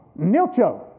nilcho